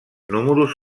números